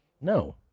No